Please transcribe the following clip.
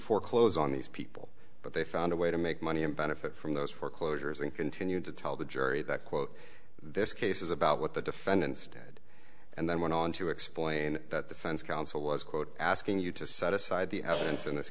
foreclose on these people but they found a way to make money and benefit from those foreclosures and continue to tell the jury that quote this case is about what the defendants dead and then went on to explain that defense counsel was quote asking you to set aside the evidence in this